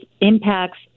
impacts